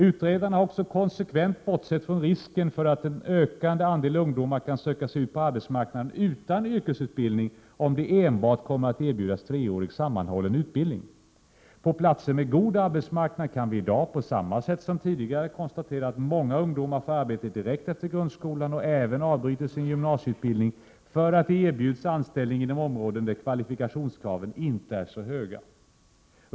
Utredarna har också konsekvent bortsett från risken för att en ökande andel ungdomar kan söka sig ut på arbetsmarknaden utan yrkesutbildning om de enbart kommer att erbjudas treårig sammanhållen utbildning. På platser med god arbetsmarknad kan vi i dag, på samma sätt som tidigare, konstatera att många ungdomar får arbete direkt efter grundskolan och även avbryter sin gymnasieutbildning därför att de erbjuds anställning inom områden där kvalifikationskraven inte är så höga.